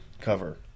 cover